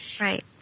Right